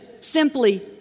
simply